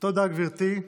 תודה, גברתי.